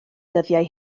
dyddiau